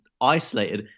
isolated